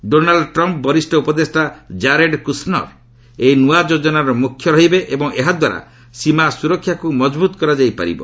Donald Trump ବରିଷ୍ଣ ଉପଦେଷ୍ଟା Jared Kushner ଏହି ନୂଆ ଯୋଜନାର ମୁଖ୍ୟ ରହିବେ ଏବଂ ଏହାଦ୍ୱାରା ସୀମା ସୁରକ୍ଷାକୁ ମଜବୁତ୍ କରାଯାଇ ପାରିବ